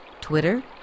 Twitter